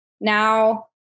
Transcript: now